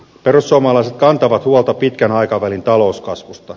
perussuomalaiset kantavat huolta pitkän aikavälin talouskasvusta